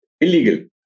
illegal